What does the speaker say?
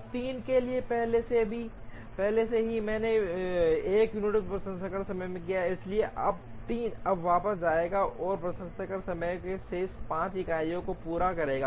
अब 3 के लिए पहले से ही मैंने 1 यूनिट प्रसंस्करण समय किया है इसलिए अब 3 अब वापस जाएगा और प्रसंस्करण समय की शेष 5 इकाइयों को पूरा करें